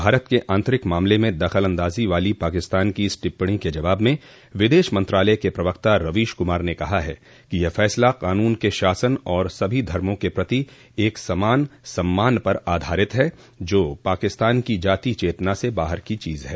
भारत के आंतरिक मामले में दखल अंदाजी वाली पाकिस्तान की इस टिप्पणी के जवाब में विदेश मंत्रालय के प्रवक्ता रवीश कुमार ने कहा है कि यह फैसला कानून के शासन और सभी धर्मो के प्रति एक समान सम्मान पर आधारित है जो पाकिस्तान की जातीय चेतना से बाहर की चीज है